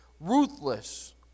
ruthless